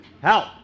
Help